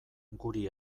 guri